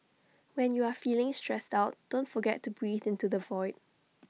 when you are feeling stressed out don't forget to breathe into the void